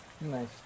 Nice